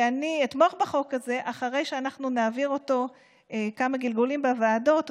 אני אתמוך בחוק הזה אחרי שאנחנו נעביר אותו כמה גלגולים בוועדות,